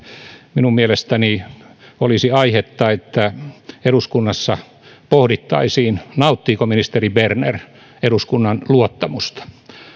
minun mielestäni olisi aihetta että eduskunnassa pohdittaisiin nauttiiko ministeri berner eduskunnan luottamusta